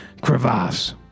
crevasse